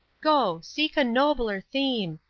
go, seek a nobler theme!